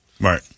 right